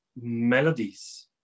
melodies